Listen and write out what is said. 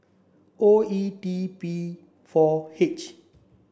O E T B four H